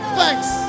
Thanks